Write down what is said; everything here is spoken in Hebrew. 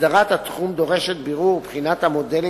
הסדרת התחום דורשת בירור ובחינת המודלים